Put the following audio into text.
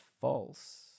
false